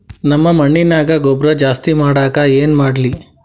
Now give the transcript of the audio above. ನಮ್ಮ ಮಣ್ಣಿನ್ಯಾಗ ಗೊಬ್ರಾ ಜಾಸ್ತಿ ಮಾಡಾಕ ಏನ್ ಮಾಡ್ಲಿ?